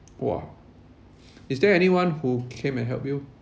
!wah! is there anyone who came and help you